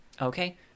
Okay